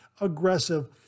aggressive